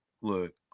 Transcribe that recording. look